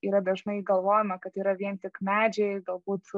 yra dažnai galvojama kad yra vien tik medžiai galbūt